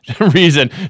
reason